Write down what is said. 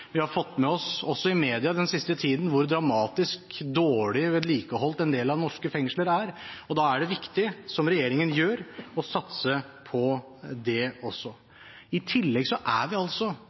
Vi har fått med oss – også i media den siste tiden – hvor dramatisk dårlig vedlikeholdt en del norske fengsler er. Da er det viktig som regjeringen gjør, å satse på det også. I tillegg har vi i dette budsjettopplegget lagt opp til at vi